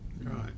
Right